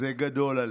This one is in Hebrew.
זה גדול עליך".